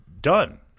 done